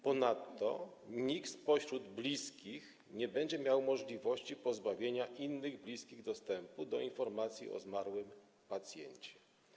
Ponadto nikt spośród bliskich nie będzie miał możliwości pozbawienia innych bliskich dostępu do informacji o zmarłym pacjencie.